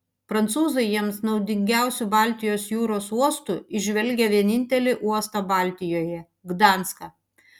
prancūzai jiems naudingiausiu baltijos jūros uostu įžvelgia vienintelį uostą baltijoje gdanską